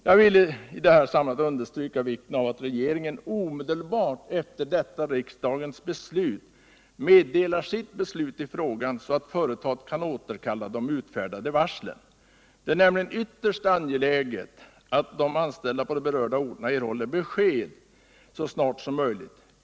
Jag vill i detta sammanhang understryka vikten av att regeringen omedelbart efter riksdagens beslut meddelar sitt beslut i frågan, så att företaget kan återkalla de utfärdade varslen. Det är nämligen ytterst angeläget att de anställda på de berörda orterna erhåller besked så snart som möjligt.